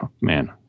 man